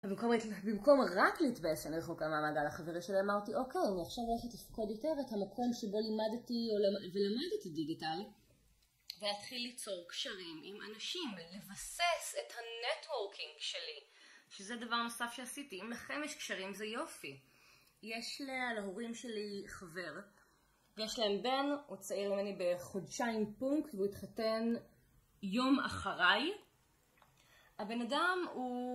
במקום רק להתבייש שאני רחוקה מהמעגל החבר'ה שלי אמרתי אוקיי, אני עכשיו רואה שאת תפקוד יותר את המקום שבו לימדתי ולמדתי דיגיטל להתחיל ליצור קשרים עם אנשים, לבסס את הנטורקינג שלי שזה דבר נוסף שעשיתי, אם לכם יש קשרים זה יופי יש להורים שלי חבר יש להם בן, הוא צעיר ממני בחודשיים פונקס והוא התחתן יום אחריי הבן אדם הוא...